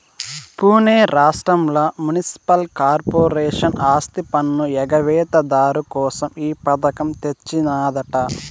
పునే రాష్ట్రంల municipal corporation ఆస్తిపన్ను ఎగవేత దారు కోసం ఈ పథకం తెచ్చినాదట